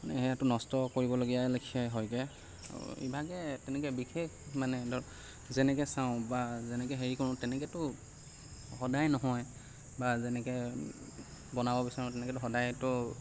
মানে সেইটো নষ্ট কৰিবলগীয়া লেখীয়াই হয়গৈ ইভাগে তেনেকৈ বিশেষ মানে দ যেনেকৈ চাওঁ বা যেনেকৈ হেৰি কৰোঁ তেনেকৈতো সদায় নহয় বা যেনেকৈ বনাব বিচাৰোঁ তেনেকৈতো সদায়তো